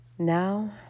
Now